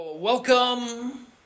Welcome